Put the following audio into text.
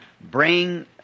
bring